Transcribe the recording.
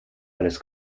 alles